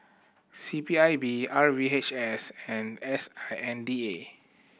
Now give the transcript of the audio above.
C P I B R V H S and S I N D A